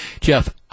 Jeff